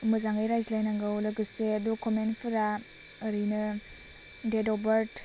मोजाङै रायज्लायनांगौ लोगोसे डकुमेन्टस फोरा ओरैनो डेट अप बार्थ